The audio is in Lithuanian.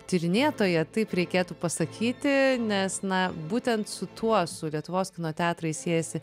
tyrinėtoja taip reikėtų pasakyti nes na būtent su tuo su lietuvos kino teatrais siejasi